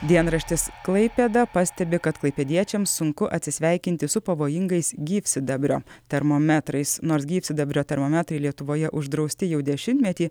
dienraštis klaipėda pastebi kad klaipėdiečiams sunku atsisveikinti su pavojingais gyvsidabrio termometrais nors gyvsidabrio termometrai lietuvoje uždrausti jau dešimtmetį